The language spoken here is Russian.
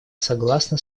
согласна